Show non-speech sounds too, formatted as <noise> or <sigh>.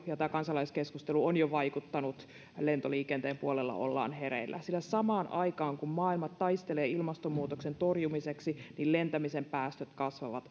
ja kansalaiskeskustelu ovat jo vaikuttaneet ja lentoliikenteen puolella ollaan hereillä sillä samaan aikaan kun maailma taistelee ilmastonmuutoksen torjumiseksi lentämisen päästöt kasvavat <unintelligible>